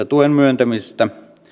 tuen myöntämistä